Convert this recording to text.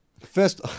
First